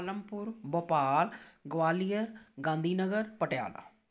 Palampur Bhopal Gwalior Gandhinagar Patiala